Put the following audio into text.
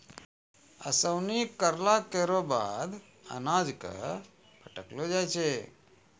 ओसौनी करला केरो बाद अनाज क फटकलो जाय छै